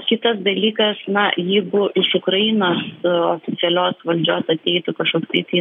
kitas dalykas na jeigu iš ukrainos oficialios valdžios ateitų kažkoks tai